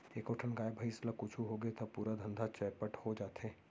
एको ठन गाय, भईंस ल कुछु होगे त पूरा धंधा चैपट हो जाथे